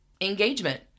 Engagement